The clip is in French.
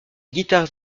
guitares